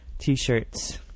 T-shirts